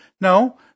No